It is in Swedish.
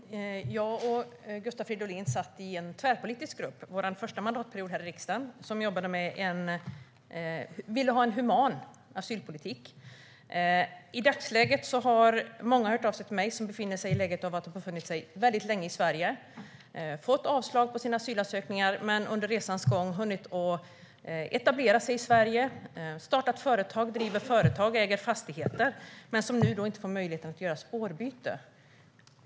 Herr talman! Jag och Gustav Fridolin satt i en tvärpolitisk grupp under vår första mandatperiod här i riksdagen. Där arbetade man för en human asylpolitik. I dagsläget har många som har befunnit sig väldigt länge i Sverige hört av sig till mig. De har fått avslag på sina asylansökningar, och de har under resans gång hunnit etablera sig i Sverige - startat företag, driver företag och äger fastigheter - men de får nu inte möjlighet att göra ett spårbyte.